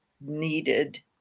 needed